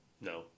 No